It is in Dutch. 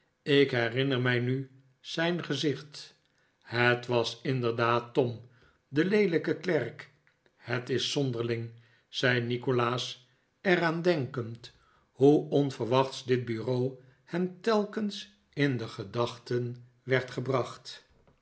ik herinner mij nu zijn gezicht het was inderdaad tom de leelijke klerk het is zonderling zei nikolaas er aan denkend hoe onverwachts dit bureau hem telkens in de gedachten werd gehracht